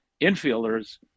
infielders